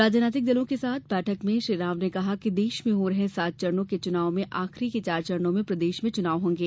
राजनैतिक दलों के साथ बैठक में श्री राव ने कहा कि देश में हो रहे सात चरणों के चुनाव में आखिरी के चार चरणों में प्रदेश में चुनाव होंगे